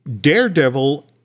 Daredevil